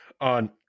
on